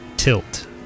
tilt